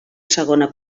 segona